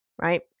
right